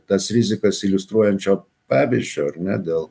tas rizikas iliustruojančio pavyzdžio ar ne dėl